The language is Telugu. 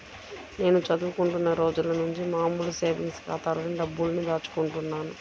నేను చదువుకుంటున్న రోజులనుంచి మామూలు సేవింగ్స్ ఖాతాలోనే డబ్బుల్ని దాచుకుంటున్నాను